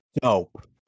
dope